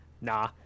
nah